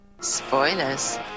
Spoilers